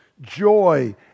joy